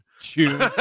June